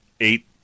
Eight